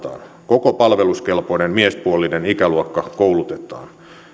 koko palveluskelpoinen miespuolinen ikäluokka koulutetaan